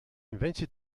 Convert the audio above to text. invented